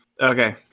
Okay